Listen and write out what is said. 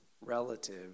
relative